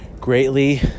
greatly